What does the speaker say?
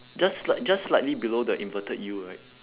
just slight~ just slightly below the inverted U right